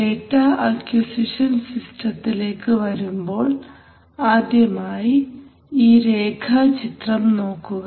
data acquisition സിസ്റ്റത്തിലേക്ക് വരുമ്പോൾ ആദ്യമായി ഈ രേഖചിത്രം നോക്കുക